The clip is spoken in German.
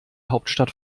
hauptstadt